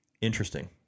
Interesting